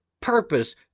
purpose